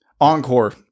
encore